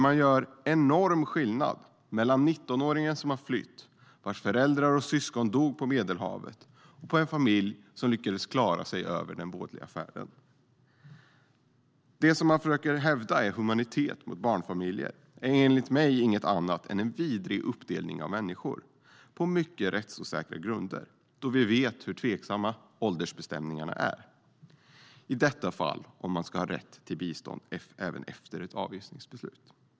Man gör en enorm skillnad mellan 19-åringen som har flytt, vars föräldrar och syskon dog på Medelhavet, och en familj som lyckades klara den vådliga färden. Det som man försöker hävda är humanitet mot barnfamiljer. Men enligt mig är det inget annat än en vidrig uppdelning av människor på mycket rättsosäkra grunder, då vi vet hur tveksamma åldersbestämningarna är - i detta fall om man ska ha rätt till bistånd även efter ett avvisningsbeslut.